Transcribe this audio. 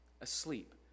asleep